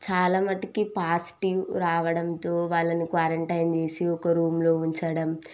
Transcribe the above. చాలా మటుకు పాజిటివ్ రావడంతో వాళ్ళని క్వారంటైన్ చేసి ఒక రూంలో ఉంచడం